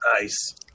Nice